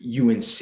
UNC